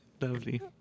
lovely